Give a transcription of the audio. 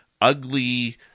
ugly